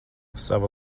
sava